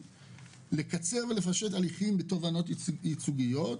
לקצר ולפשט הליכים בתובענות ייצוגיות,